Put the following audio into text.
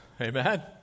Amen